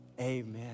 Amen